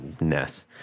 ness